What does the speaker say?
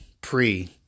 pre